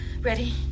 Ready